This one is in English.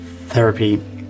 therapy